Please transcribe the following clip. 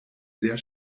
sehr